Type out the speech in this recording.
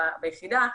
היחידה,